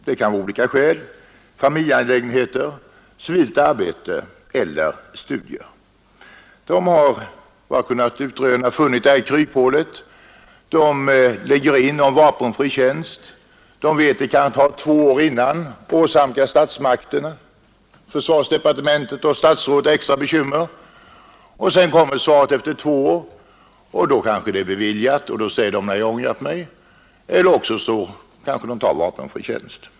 Det kan vara olika skäl, familjeangelägenheter, civilt arbete eller studier. Framför allt de studerande har enligt vad jag har kunnat utröna funnit detta kryphäl. De lägger in ansökan om vapenfri tjänst. De vet att det kan ta över tva är innan de fär svar. De åsamkar statsmakterna, försvarsdepartementet och statsrådet extra bekymmer. Efter två är kommer så svaret. Ansökningen kanske är beviljad. Antingen säger då vederbörande att han har ångrat sig eller också kanske han tar vapenfri tjänst.